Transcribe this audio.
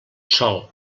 sol